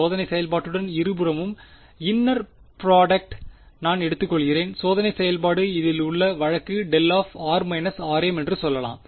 சோதனை செயல்பாட்டுடன் இருபுறமும் இன்னார் ப்ராடக்டய் நான் எடுத்துக்கொள்கிறேன் சோதனை செயல்பாடு இதில் உள்ளது வழக்கு δ என்று சொல்லலாம்